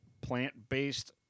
plant-based